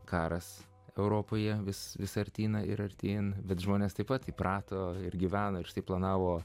karas europoje vis vis artyn ir artyn bet žmonės taip pat įprato ir gyvena ir štai planavo